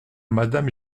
madame